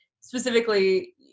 specifically